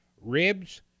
ribs